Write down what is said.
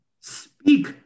Speak